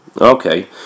Okay